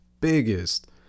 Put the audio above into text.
biggest